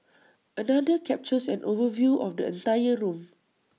another captures an overview of the entire room